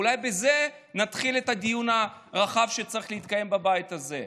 אולי בזה נתחיל את הדיון הרחב שצריך להתקיים בבית הזה,